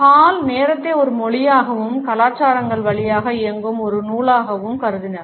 hall நேரத்தை ஒரு மொழியாகவும் கலாச்சாரங்கள் வழியாக இயங்கும் ஒரு நூலாகவும் கருதினார்